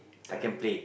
correct